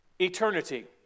Eternity